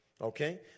Okay